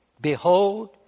Behold